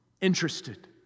interested